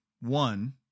one